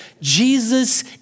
Jesus